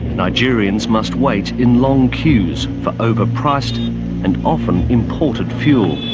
nigerians must wait in long queues for overpriced and often imported fuel.